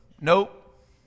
Nope